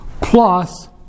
plus